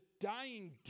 Dying